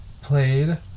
Played